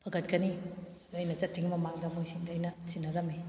ꯐꯒꯠꯀꯅꯤ ꯑꯩꯅ ꯆꯠꯇ꯭ꯔꯤꯉꯩ ꯃꯃꯥꯡꯗ ꯃꯣꯏꯁꯤꯡꯗ ꯑꯩꯅ ꯁꯤꯟꯅꯔꯝꯃꯤ